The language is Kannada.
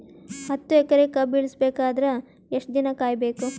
ಹತ್ತು ಎಕರೆ ಕಬ್ಬ ಇಳಿಸ ಬೇಕಾದರ ಎಷ್ಟು ದಿನ ಕಾಯಿ ಬೇಕು?